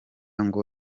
ngo